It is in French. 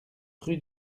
rue